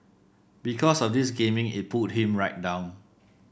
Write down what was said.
because of this gaming it pulled him right down